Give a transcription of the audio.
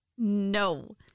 No